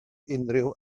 unrhyw